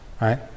right